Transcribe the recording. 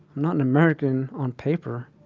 not an american on paper,